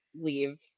leave